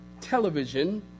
television